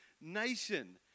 nation